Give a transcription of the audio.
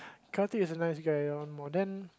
Karthik is a nice guy ah one more then